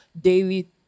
daily